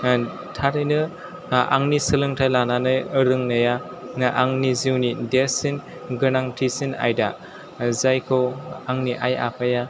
N थारैनो आंनि सोलोंथाइ लानानै रोंनायानो आंनि जिउनि देरसिन गोनांथिसिन आयदा जायखौ आंनि आइ आफाया